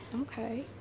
Okay